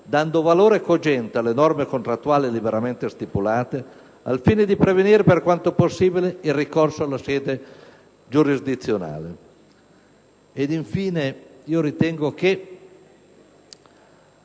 dando valore cogente alle norme contrattuali liberamente stipulate, al fine di prevenire per quanto possibile il ricorso alle scelte giurisdizionali.